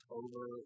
over